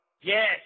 Yes